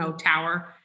tower